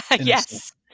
Yes